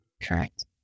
Correct